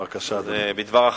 בבקשה, אדוני.